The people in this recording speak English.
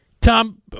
Tom